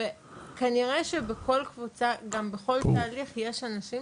כנראה שבכל קבוצה, גם בכל תהליך יש אנשים